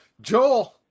joel